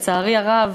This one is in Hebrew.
לצערי הרב,